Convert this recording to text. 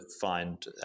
find